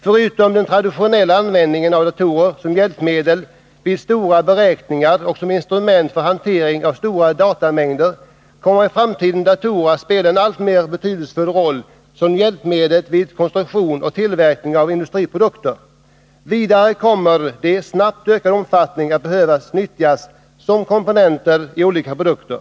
Förutom den traditionella användningen av datorer som hjälpmedel vid stora beräkningar och som instrument för hantering av stora datamängder kommer i framtiden datorer att spela en alltmer betydelsefull roll som hjälpmedel vid konstruktion och 175 tillverkning av industriprodukter. Vidare kommer de i snabbt ökad omfattning att behöva nyttjas som komponenter i olika produkter.